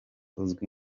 uzwi